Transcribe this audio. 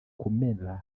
kumera